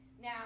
Now